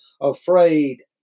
afraid